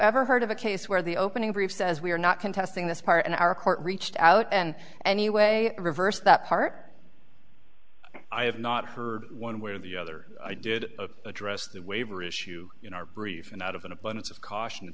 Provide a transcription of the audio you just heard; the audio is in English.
ever heard of a case where the opening brief says we are not contesting this part and our court reached out and anyway it reversed that part i have not heard one way or the other i did a dress the waiver issue in our brief and out of an abundance of caution